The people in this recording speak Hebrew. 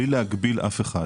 בלי להגביל אף אחד.